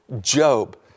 Job